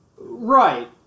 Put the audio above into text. Right